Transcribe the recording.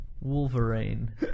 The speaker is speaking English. Wolverine